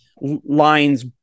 lines